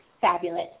fabulous